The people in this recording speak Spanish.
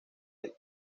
del